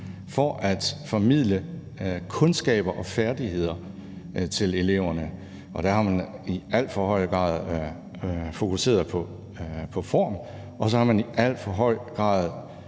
for at kunne formidle kundskaber og færdigheder til eleverne. Og der har man i alt for høj grad fokuseret på form, og så har man i alt for høj grad